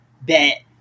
bet